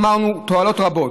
אמרנו: תועלות רבות.